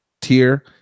tier